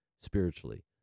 spiritually